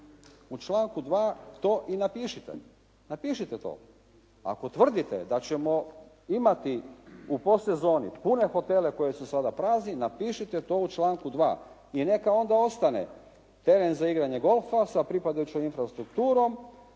u članku 2. to i napišite. Napišite to. Ako to tvrdite da ćemo imati u postsezoni pune hotele koji su sada prazni, napišite to u članku 2. i neka onda ostane teren za igranje golfa sa pripadajućom infrastrukturom,